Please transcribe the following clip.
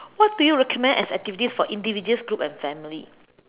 what do you recommend as activities for individuals group and family